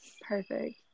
Perfect